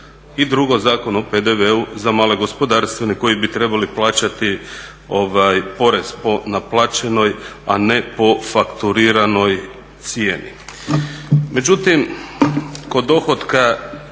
I drugo, Zakon o PDV-u za male gospodarstvenike koji bi trebali plaćati porez po naplaćenoj, a ne po fakturiranoj cijeni.